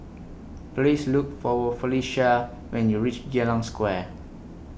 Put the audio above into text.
Please Look For Wo Felicia when YOU REACH Geylang Square